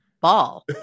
ball